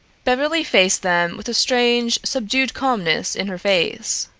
beverly faced them with a strange, subdued calmness in her face.